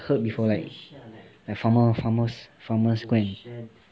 heard before like farmer farmer farmer shed